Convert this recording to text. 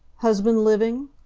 husband living?